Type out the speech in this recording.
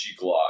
Glock